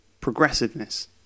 progressiveness